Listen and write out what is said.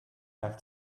back